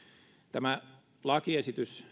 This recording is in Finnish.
tämä lakiesitys